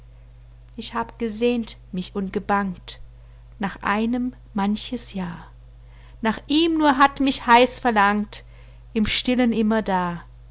ich hab gesehnt mich und gebangt nach einem manches jahr nach ihm nur hat mich heiß verlangt im stillen immerdar